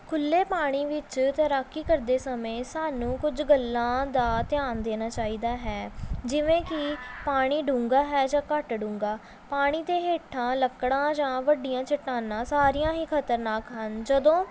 ਖੁੱਲ੍ਹੇ ਪਾਣੀ ਵਿੱਚ ਤੈਰਾਕੀ ਕਰਦੇ ਸਮੇਂ ਸਾਨੂੰ ਕੁਝ ਗੱਲਾਂ ਦਾ ਧਿਆਨ ਦੇਣਾ ਚਾਹੀਦਾ ਹੈ ਜਿਵੇਂ ਕਿ ਪਾਣੀ ਡੂੰਘਾ ਹੈ ਜਾਂ ਘੱਟ ਡੂੰਘਾ ਪਾਣੀ ਦੇ ਹੇਠਾਂ ਲੱਕੜਾਂ ਜਾਂ ਵੱਡੀਆਂ ਚੱਟਾਨਾਂ ਸਾਰੀਆਂ ਹੀ ਖਤਰਨਾਕ ਹਨ ਜਦੋਂ